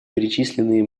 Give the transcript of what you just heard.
перечисленные